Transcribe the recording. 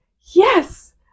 yes